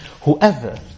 whoever